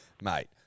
Mate